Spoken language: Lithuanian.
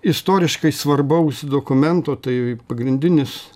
istoriškai svarbaus dokumento tai pagrindinis